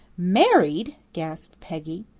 married! gasped peggy.